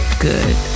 good